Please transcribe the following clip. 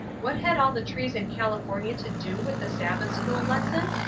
what had all the trees in california to do with the sabbath-school lesson?